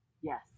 Yes